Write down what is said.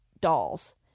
dolls